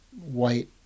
white